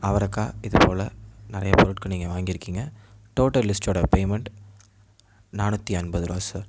அவரக்காய் இதுபோல் நிறைய பொருட்கள் நீங்கள் வாங்கியிருக்கிங்க டோட்டல் லிஸ்ட்டோட பேமெண்ட் நானூற்றி எண்பது ரூபாய் சார்